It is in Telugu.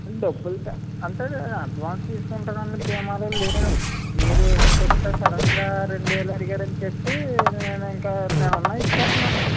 డబ్బుల్ టె అంటే అడ్వాన్స్ తెసుకుంటారని దీమలో లేము మీరు ఇక్కడి కొత్తే సడన్గా రెండేళ్ళు అడిగారు అని చెప్పి నేను ఇంకా నేనున్నాయి ఇచ్చేస్తాను